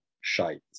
Shite